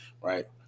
right